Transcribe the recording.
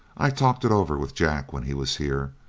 i talked it over with jack when he was here,